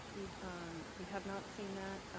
we um we have not seen that.